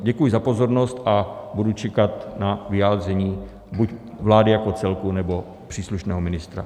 Děkuji za pozornost a budu čekat na vyjádření buď vlády jako celku, nebo příslušného ministra.